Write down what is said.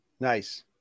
Nice